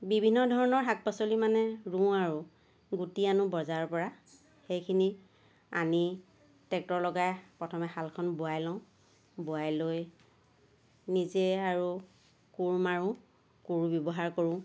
বিভিন্ন ধৰণৰ শাক পাচলি মানে ৰুওঁ আৰু গুটি আনোঁ বজাৰৰ পৰা সেইখিনি আনি ট্ৰেক্টৰ লগাই প্ৰথমে হালখন বোৱাই লওঁ বোৱাই লৈ নিজে আৰু কোৰ মাৰোঁ কোৰ ব্যৱহাৰ কৰোঁ